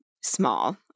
small